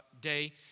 day